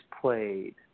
played